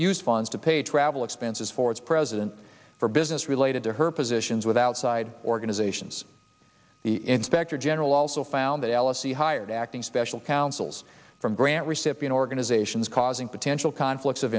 used funds to pay travel expenses for its president for business related to her positions with outside organizations the inspector general also found that alice e hired acting special counsels from grant recipient organizations causing potential conflicts of